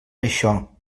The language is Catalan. això